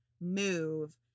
move